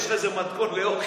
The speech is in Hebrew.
יש לך איזה מתכון לאוכל?